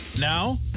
Now